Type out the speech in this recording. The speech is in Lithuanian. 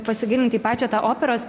pasigilint į pačią tą operos